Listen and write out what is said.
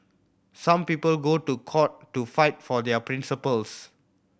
some people go to court to fight for their principles